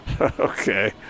Okay